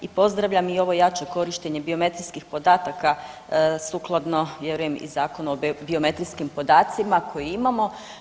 I pozdravljam i ovo jače korištenje biometrijskih podataka sukladno vjerujem i Zakonu o biometrijskim podacima koji imamo.